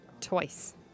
Twice